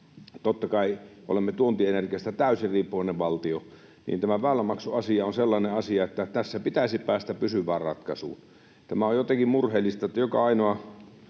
Totta kai, kun olemme tuontienergiasta täysin riippuvainen valtio, tämä väylämaksuasia on sellainen asia, että tässä pitäisi päästä pysyvään ratkaisuun. Tämä on jotenkin murheellista, että joka ainoilla